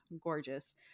gorgeous